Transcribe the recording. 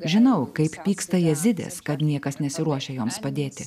žinau kaip pyksta jezidės kad niekas nesiruošia joms padėti